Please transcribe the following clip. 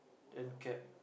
then cap